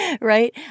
Right